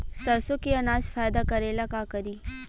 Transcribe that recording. सरसो के अनाज फायदा करेला का करी?